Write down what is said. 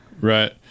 Right